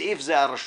(בסעיף זה, הרשות)